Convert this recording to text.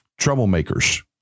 troublemakers